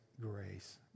grace